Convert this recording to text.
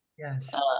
Yes